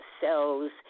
cells